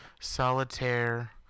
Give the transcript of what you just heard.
Solitaire